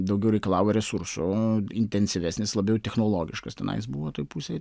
daugiau reikalauja resursų intensyvesnis labiau technologiškas tenai jis buvo toj pusėj